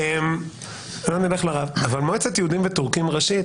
אבל מועצת יהודים ותורכים ראשית,